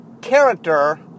character